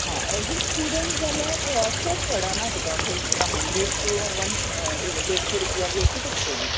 आं as a student जाल्यार चड पडना तुका खंयत हंड्रेड टू देडशे रुपया बी अशी पडटली